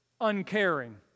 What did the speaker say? uncaring